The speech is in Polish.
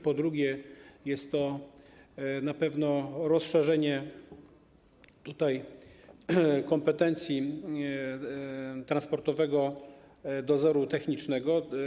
Po drugie, jest to na pewno rozszerzenie kompetencji Transportowego Dozoru Technicznego.